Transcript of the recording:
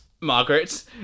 Margaret